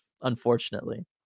Unfortunately